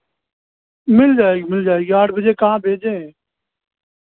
मिल जाएगी मिल जाएगी आठ बजे कहाँ भेजें